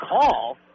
call